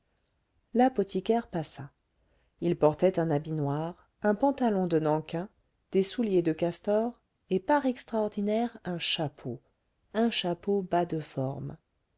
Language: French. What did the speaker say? l'apothicaire passa il portait un habit noir un pantalon de nankin des souliers de castor et par extraordinaire un chapeau un chapeau bas de forme